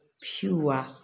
pure